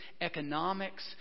economics